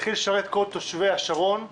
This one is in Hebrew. והתחיל לשרת את כל תושבי השרון.